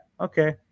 okay